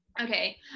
Okay